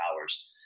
hours